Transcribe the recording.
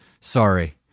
sorry